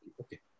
Okay